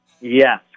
Yes